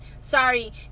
Sorry